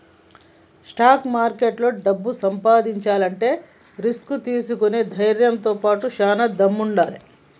stock మార్కెట్లో డబ్బు సంపాదించాలంటే రిస్క్ తీసుకునే ధైర్నంతో బాటుగా చానా దమ్ముండాలే